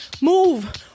move